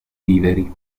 viveri